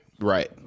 Right